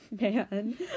man